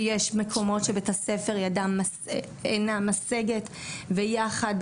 כי יש מקומות שביה"ס ידו אינה משגת ויחד,